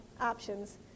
options